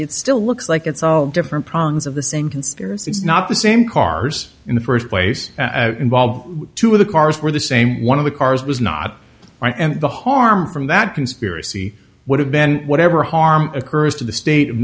it still looks like it's all different problems of the same conspiracy it's not the same cars in the first place involved two of the cars were the same one of the cars was not right and the harm from that conspiracy would have been whatever harm occurs to the state of